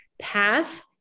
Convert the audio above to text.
path